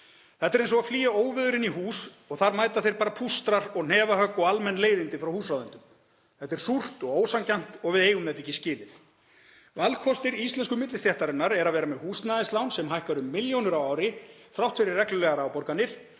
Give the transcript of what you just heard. Þetta er eins og að flýja óveður inn í hús og þar mæta þér bara pústrar og hnefahögg og almenn leiðindi frá húseigendum. Þetta er súrt og ósanngjarnt og við eigum þetta ekki skilið. Valkostir íslensku millistéttarinnar eru að vera með húsnæðislán sem hækkar um milljónir á ári þrátt fyrir reglulegar afborganir